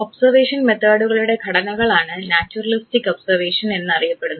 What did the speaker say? observation മെത്തഡുകളുടെ ഘടനകളാണ് naturalistic observation എന്ന് അറിയപ്പെടുന്നത്